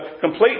complete